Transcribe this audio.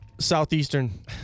Southeastern